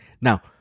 Now